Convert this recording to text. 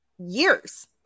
Years